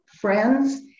friends